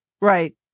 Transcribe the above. Right